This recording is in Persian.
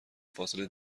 فاصله